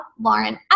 lauren